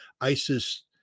isis